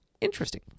Interesting